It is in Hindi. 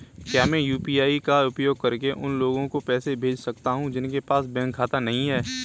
क्या मैं यू.पी.आई का उपयोग करके उन लोगों को पैसे भेज सकता हूँ जिनके पास बैंक खाता नहीं है?